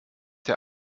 der